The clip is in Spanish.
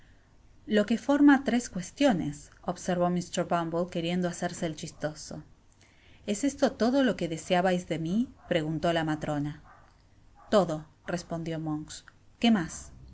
lo que forma tres cuestiones obsei vó mr buinbfóquerieudo hacerse el chistoso es esto todo lo que deseabais de mi preguntó la ma j trona todo respondió monks quémas i